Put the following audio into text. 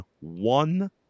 one